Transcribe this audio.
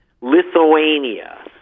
Lithuania